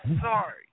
sorry